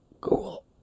cool